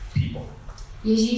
people